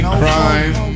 crime